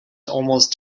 almost